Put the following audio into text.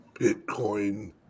Bitcoin